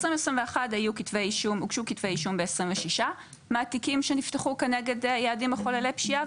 ב-2021 הוגשו כתבי אישום ב-26 מהתיקים שנפתחו כנגד יעדים מחוללי פשיעה,